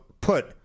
put